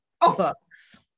books